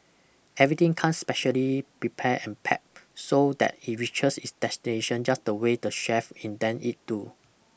everything comes specially prepare and packed so that it reaches its destination just the way the chef intend it to